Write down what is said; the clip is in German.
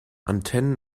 antennen